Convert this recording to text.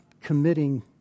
committing